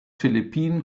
philippinen